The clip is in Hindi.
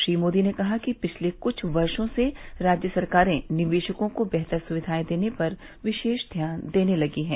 श्री मोदी ने कहा कि पिछले कुछ वर्षो से राज्य सरकारें निवेशकों को बेहतर सुविधाएं देने पर विशेष ध्यान देने लगी हैं